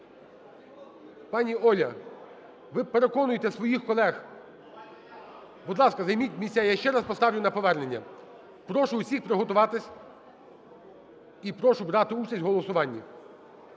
Пані Оля, ви переконуйте своїх колег. Будь ласка, займіть місця. Я ще раз поставлю на повернення. Прошу всіх приготуватися і прошу брати участь у голосуванні.